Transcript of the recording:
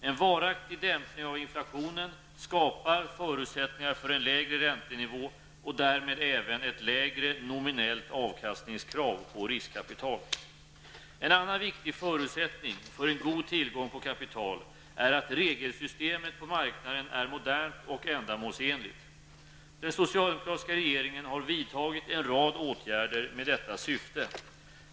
En varaktig dämpning av inflationen skapar förutsättnignar för en lägre räntenivå och därmed även ett lägre nominellt avkastningskrav på riskkapital. En annan viktig förutsättning för god tillgång på kapital är att regelsystemet på marknaden är modernt och ändamålsenligt. Den socialdemokratiska regerigen har vidtagit en rad åtgärder med detta syfte.